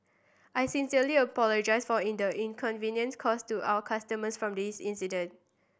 I sincerely apologise for in the inconvenience caused to our customers from this incident